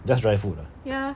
just dry food ah